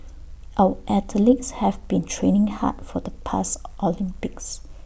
our athletes have been training hard for the past Olympics